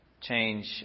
change